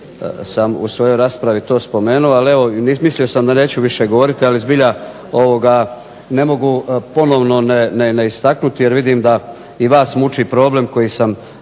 sam u svojoj raspravi to spomenuo, mislio sam da neću to više govoriti, ali zbilja da ne mogu ponovno to ne istaknuti jer vidim i vas muči problem koji sam